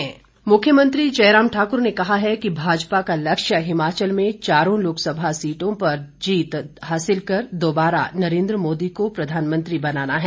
जयराम मुख्यमंत्री जय राम ठाक्र ने कहा है कि भाजपा का लक्ष्य हिमाचल में चारों लोकसभा सीटों पर जीत हासिल कर दोबारा नरेन्द्र मोदी को प्रधानमंत्री बनाना है